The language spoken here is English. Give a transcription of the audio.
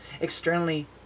Externally